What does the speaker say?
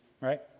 Right